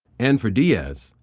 and, for diaz,